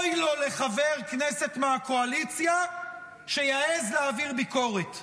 אוי לו לחבר כנסת מהקואליציה שיעז להעביר ביקורת.